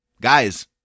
Guys